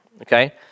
okay